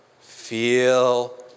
feel